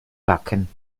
backen